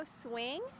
swing